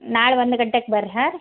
ನಾಳೆ ಒಂದು ಗಂಟೆಕ ಬರ್ರಿ ಹಾಂ ರೀ